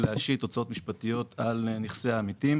להשית הוצאות משפטיות על נכסי העמיתים.